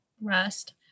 rest